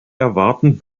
erwarten